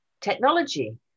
technology